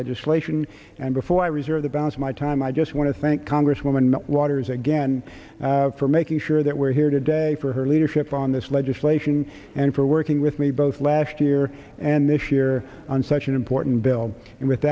legislation and before i reserve the balance of my time i just want to thank congresswoman waters again for making sure that we're here today for her leadership on this legislation and for working with me both last year and this year on such an important bill